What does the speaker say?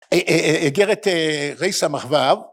אגרת ר' ס"ו.